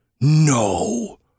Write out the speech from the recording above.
no